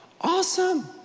awesome